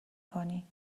کنی